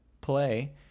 play